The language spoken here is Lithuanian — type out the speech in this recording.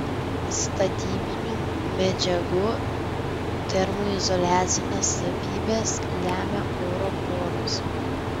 statybinių medžiagų termoizoliacines savybes lemia oro poros